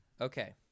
okay